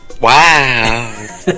Wow